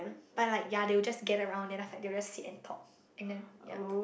but like ya they will just gather around then after that they'll just sit and talk and then ya